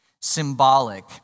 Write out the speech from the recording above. symbolic